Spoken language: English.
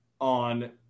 on